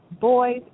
boys